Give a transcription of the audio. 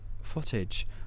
footage